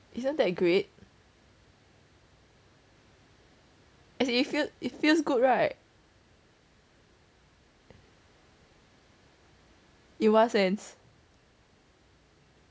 isn't that great as in it feels it feels good right in what sense